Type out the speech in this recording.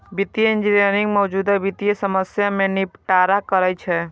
वित्तीय इंजीनियरिंग मौजूदा वित्तीय समस्या कें निपटारा करै छै